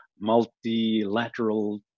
multilateral